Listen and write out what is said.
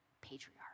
patriarch